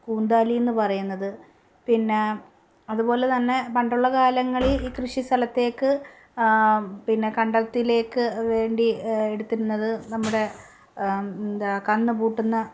കൂന്താലീന്ന് പറയുന്നത് പിന്നെ അതുപോലെ തന്നെ പണ്ടുള്ള കാലങ്ങളിൽ ഈ കൃഷി സ്ഥലത്തേക്ക് പിന്നെ കണ്ടത്തിലേക്ക് വേണ്ടി എടുത്തിരുന്നത് നമ്മുടെ എന്താ കന്ന് പൂട്ടുന്ന